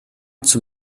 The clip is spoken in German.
zum